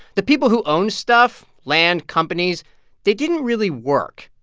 the people who owned stuff land, companies they didn't really work.